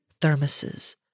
thermoses